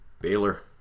Baylor